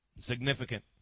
significant